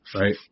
right